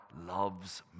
loves